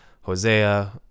Hosea